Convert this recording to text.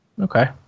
Okay